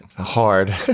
Hard